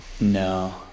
no